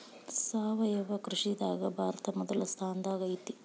ಸಾವಯವ ಕೃಷಿದಾಗ ಭಾರತ ಮೊದಲ ಸ್ಥಾನದಾಗ ಐತ್ರಿ